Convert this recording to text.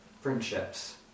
friendships